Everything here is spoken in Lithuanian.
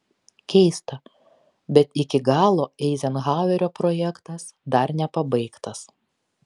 keista bet iki galo eizenhauerio projektas dar nepabaigtas